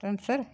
Dhansar